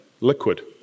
liquid